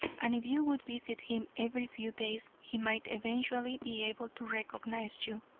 and if you would visit him every few days he might eventually be able to recognize you,